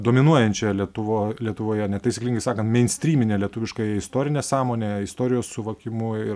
dominuojančia lietuvo lietuvoje netaisyklingai sakant meinstrymine lietuviškąja istorine sąmone istorijos suvokimu ir